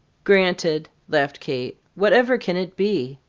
granted! laughed kate. whatever can it be?